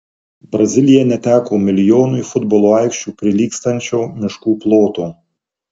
brazilija neteko milijonui futbolo aikščių prilygstančio miškų ploto